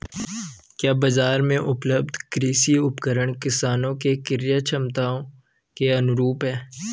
क्या बाजार में उपलब्ध कृषि उपकरण किसानों के क्रयक्षमता के अनुरूप हैं?